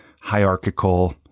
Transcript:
hierarchical